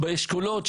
באשכולות,